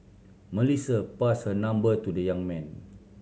Melissa passed her number to the young man